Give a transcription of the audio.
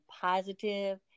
positive